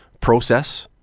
process